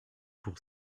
pour